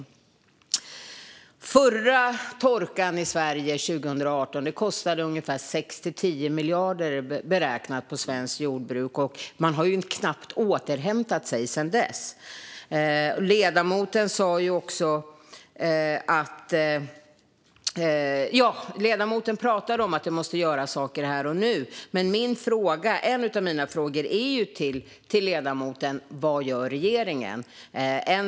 Den förra torkan i Sverige, 2018, kostade enligt beräkningar svenskt jordbruk 6-10 miljarder, och man har knappt återhämtat sig sedan dess. Ledamoten pratade om att det måste göras saker här och nu, men en av mina frågor till ledamoten är just vad regeringen gör.